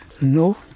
No